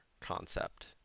concept